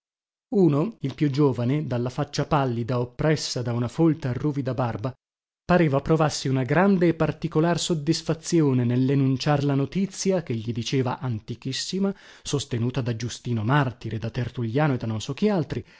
uno il più giovane dalla faccia pallida oppressa da una folta e ruvida barba nera pareva provasse una grande e particolar soddisfazione nellenunciar la notizia chegli diceva antichissima sostenuta da giustino martire da tertulliano e da non so chi altri